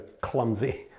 clumsy